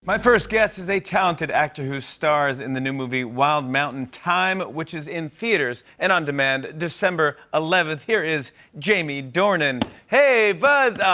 my first guest is a talented actor who stars in the new movie wild mountain thyme, which is in theaters and on demand december eleventh. here is jamie dornan. hey, bud!